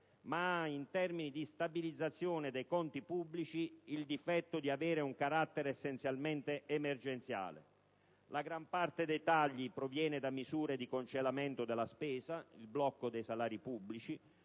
ma ha in termini di stabilizzazione dei conti pubblici il difetto di avere un carattere essenzialmente emergenziale. La gran parte dei tagli proviene da misure di congelamento della spesa (il blocco dei salari pubblici),